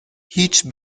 هیچ